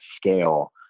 scale